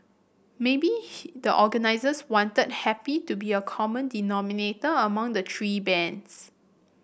maybe the organisers wanted happy to be a common denominator among the three bands